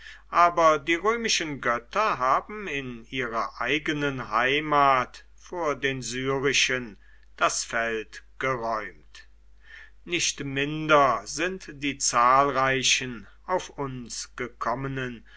aber die römischen götter haben in ihrer eigenen heimat vor den syrischen das feld geräumt nicht minder sind die zahlreichen auf uns gekommenen